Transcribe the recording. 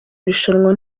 irushanwa